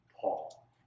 Paul